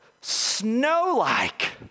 snow-like